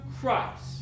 christ